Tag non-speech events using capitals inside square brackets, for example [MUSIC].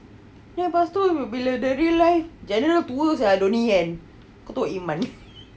ya lepas tu apabila dari life general tua sahaja donnie yen ketua ip man [LAUGHS]